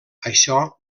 això